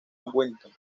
wellington